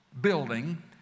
building